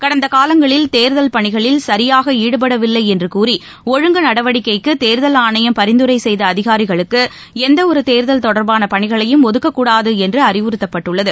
கடந்த காலங்களில் தேர்தல் பணிகளில் சரியாக ஈடுபடவில்லை என்றுக்கூறி அழங்கு நடவடிக்கைக்கு தேர்தல் ஆணையம் பரிந்துரை செய்த அதிகாரிகளுக்கு எந்தவொரு தேர்தல் தொடர்பான பணிகளையும் ஒதுக்கக்கூடாது என்று அறிவுறுத்தப்பட்டுள்ளது